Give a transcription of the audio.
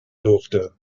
durfte